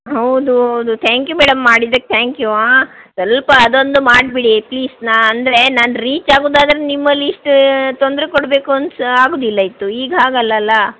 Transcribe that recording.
ಹೌದು ಹೌದು thank you madam ಮಾಡಿದಕ್ಕೆ ಥ್ಯಾಂಕ್ ಯು ಹಾಂ ಸ್ವಲ್ಪ ಅದೊಂದು ಮಾಡಿಬಿಡಿ ಪ್ಲೀಸ್ ನಾ ಅಂದರೆ ನಾನು ರೀಚಾಗೋದಾದ್ರೆ ನಿಮ್ಮಲ್ಲಿ ಇಷ್ಟು ತೊಂದರೆ ಕೊಡಬೇಕು ಅನ್ಸು ಆಗೋದಿಲ್ಲ ಇತ್ತು ಈಗ ಹಾಗಲ್ಲಲ್ಲಾ